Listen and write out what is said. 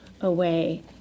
away